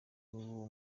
uwo